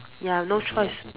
ya no choice